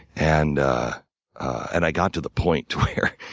and and i got to the point where